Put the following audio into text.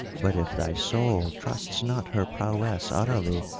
but if thy soul trusts not her prowess utterly,